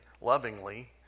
lovingly